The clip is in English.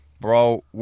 bro